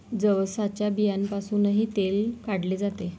जवसाच्या बियांपासूनही तेल काढले जाते